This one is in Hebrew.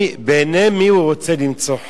בעיני מי הוא רוצה למצוא חן?